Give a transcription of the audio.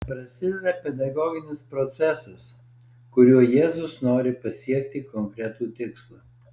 prasideda pedagoginis procesas kuriuo jėzus nori pasiekti konkretų tikslą